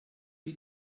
die